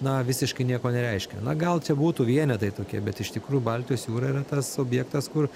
na visiškai nieko nereiškia na gal čia būtų vienetai tokie bet iš tikrųjų baltijos jūra yra tas objektas kur